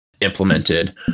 implemented